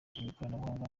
ikoranabuhanga